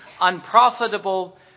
unprofitable